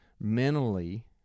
mentally